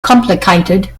complicated